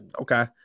okay